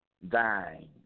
thine